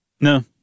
No